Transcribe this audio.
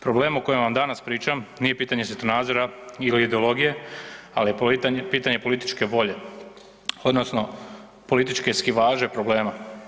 Problem o kojem vam danas pričam, nije pitanje svjetonazora ili ideologije, ali je pitanje političke volje odnosno političke eskivaže problema.